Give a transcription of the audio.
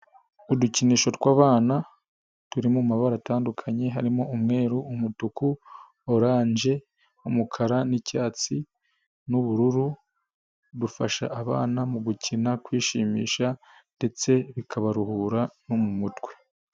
Udukinisho tw'abana turi mu mabara atandukanye harimo umweru, umutuku, orange, umukara, n'icyatsi n'ubururu dufasha abana mu gukina, kwishimisha ndetse bikabaruhura no mu mutwe.